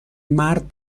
مرد